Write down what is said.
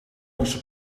onze